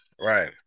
Right